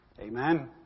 Amen